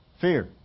fear